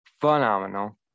phenomenal